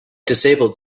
disabled